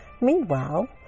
Meanwhile